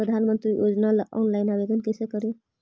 प्रधानमंत्री योजना ला ऑनलाइन आवेदन कैसे करे?